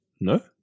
No